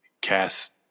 cast